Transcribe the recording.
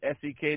SEK